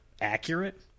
accurate